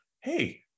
hey